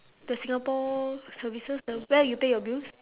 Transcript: the singapore services the where you pay your bills